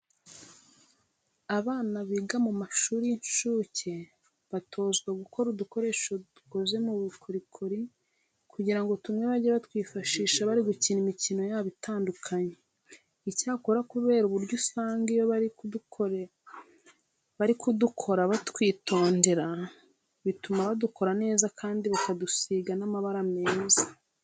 Abana biga mu mashuri y'incuke batozwa gukora udukoresho dukoze mu bukorikori kugira ngo tumwe bajye batwifashisha bari gukina imikino yabo itandukanye. Icyakora kubera uburyo usanga iyo bari kudukora batwitondera, bituma badukora neza kandi bakadusiga n'amabara meza.